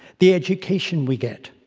the education we get,